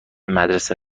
مدرسه